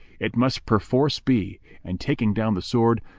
it must perforce be and, taking down the sword,